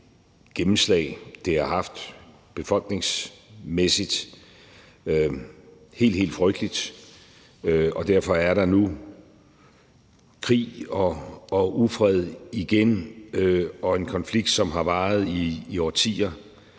gennemslag, det har haft befolkningsmæssigt. Det er helt, helt frygteligt, og derfor er der nu krig og ufred igen, og en konflikt, som har varet i årtier,